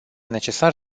necesar